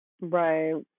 Right